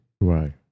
Right